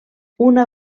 una